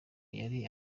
yari